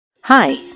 Hi